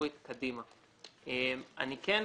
כחברה